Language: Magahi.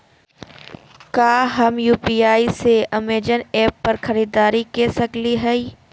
का हम यू.पी.आई से अमेजन ऐप पर खरीदारी के सकली हई?